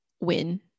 win